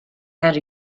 had